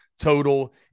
total